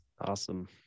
Awesome